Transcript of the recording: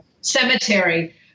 cemetery